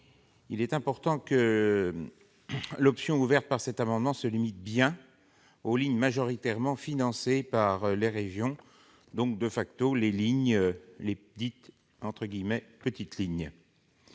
Il est important que l'option ouverte au travers de cet amendement se limite bien aux lignes majoritairement financées par les régions, donc aux « petites lignes